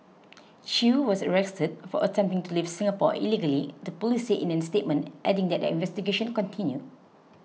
chew was arrested for attempting to leave Singapore illegally the police said in a statement adding that their investigation continued